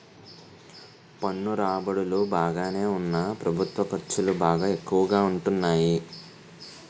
పన్ను రాబడులు బాగానే ఉన్నా ప్రభుత్వ ఖర్చులు బాగా ఎక్కువగా ఉంటాన్నాయి